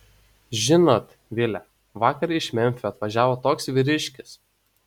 žinot vile vakar iš memfio atvažiavo toks vyriškis